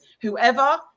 whoever